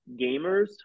gamers